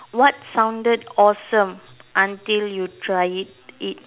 what sounded awesome until you tried it it